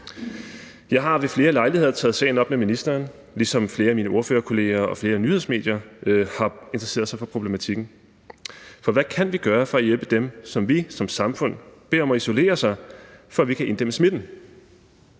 Jeg har ved flere lejligheder taget sagen op med ministeren, ligesom flere af mine ordførerkolleger og flere nyhedsmedier har interesseret sig for problematikken. For hvad kan vi gøre for at hjælpe dem, som vi som samfund beder om at isolere sig, for at vi kan inddæmme smitten?